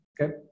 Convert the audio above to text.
okay